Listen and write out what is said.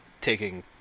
taking